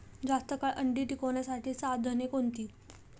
जास्त काळ अंडी टिकवण्यासाठी साधने कोणती?